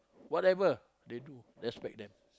whatever they do respect them